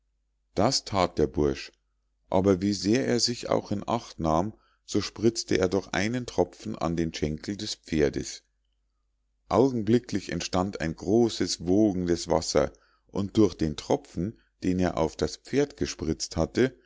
das that der bursch aber wie sehr er sich auch in acht nahm so spritzte er doch einen tropfen an den schenkel des pferdes augenblicklich entstand ein großes wogendes wasser und durch den tropfen den er auf das pferd gespritzt hatte